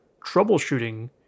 troubleshooting